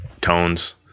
tones